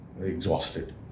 exhausted